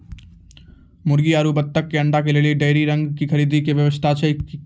मुर्गी आरु बत्तक के अंडा के लेली डेयरी रंग के खरीद के व्यवस्था छै कि?